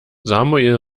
samuel